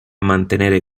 mantenere